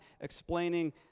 Explaining